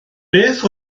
beth